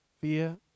Fear